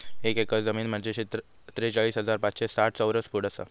एक एकर जमीन म्हंजे त्रेचाळीस हजार पाचशे साठ चौरस फूट आसा